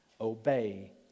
obey